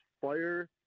fire